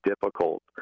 difficult